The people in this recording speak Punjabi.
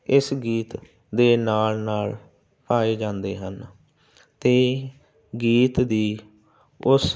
ਇਸ ਗੀਤ ਦੇ ਨਾਲ ਨਾਲ ਪਾਏ ਜਾਂਦੇ ਹਨ ਅਤੇ ਗੀਤ ਦੀ ਉਸ